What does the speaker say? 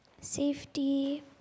safety